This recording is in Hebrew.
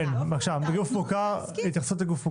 בבקשה, התייחסות לגוף מוכר.